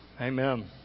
amen